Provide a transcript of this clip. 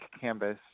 canvas